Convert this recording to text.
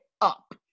up